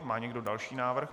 Má někdo další návrh?